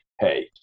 Hey